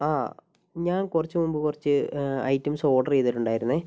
ആ ഞാൻ കുറച്ച് മുൻപ് കുറച്ച് ഐറ്റംസ് ഓർഡർ ചെയ്തിട്ടുണ്ടായിരുന്നേ